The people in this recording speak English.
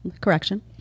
Correction